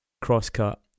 cross-cut